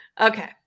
okay